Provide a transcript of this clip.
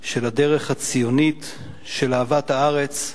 של הדרך הציונית, של אהבת הארץ,